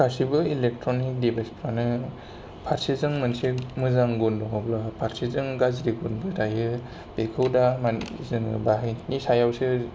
गासिबो इलेक्ट्रनिक डिवाइसफ्रानो फारसेजों मोनसे मोजां गुन दङब्ला फारसेजों गाज्रि गुनबो थायो बेखौ दा जोङो बाहायनायनि सायावसो